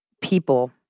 people